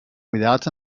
without